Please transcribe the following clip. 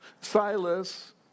Silas